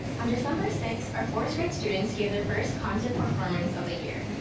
on december sixth, our first grade students gave their first concert performance of the year.